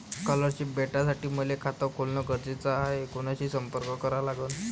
Scholarship भेटासाठी मले खात खोलने गरजेचे हाय तर कुणाशी संपर्क करा लागन?